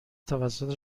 توسط